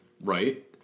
right